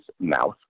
mouth